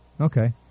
okay